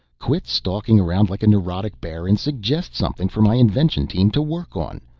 quit stalking around like a neurotic bear and suggest something for my invention team to work on.